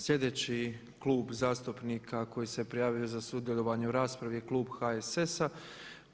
Sljedeći klub zastupnika koji se prijavio za sudjelovanje u raspravi je klub HSS-a.